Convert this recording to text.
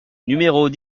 numéros